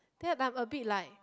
then I'm a bit like